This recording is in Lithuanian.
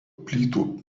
plytų